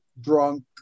drunk